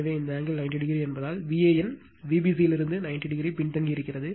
எனவே இந்த angle 90o என்பதால் Van Vbc லிருந்து 90 பின்தங்கியிருக்கிறது